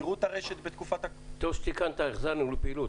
תראו את הרשת בתקופת --- טוב שתיקנת החזרנו לפעילות.